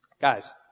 guys